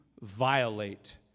violate